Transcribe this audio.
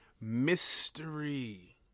mystery